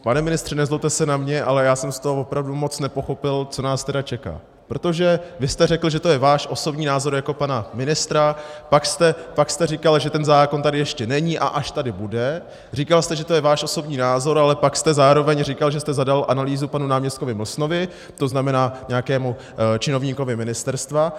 Pane ministře, nezlobte se na mě, ale já jsem z toho opravdu moc nepochopil, co nás tedy čeká, protože vy jste řekl, že to je váš osobní názor jako pana ministra, pak jste říkal, že ten zákon tady ještě není, a až tady bude říkal jste, že to je váš osobní názor, ale pak jste zároveň říkal, že jste zadal analýzu panu náměstkovi Mlsnovi, to znamená nějakému činovníkovi ministerstva.